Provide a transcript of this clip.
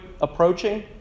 approaching